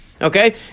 Okay